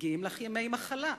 מגיעים לך ימי מחלה,